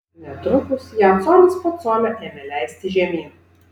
netrukus ją colis po colio ėmė leisti žemyn